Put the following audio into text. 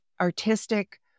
artistic